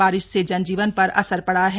बारिश से जनजीवन पर असर पड़ा है